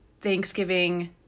Thanksgiving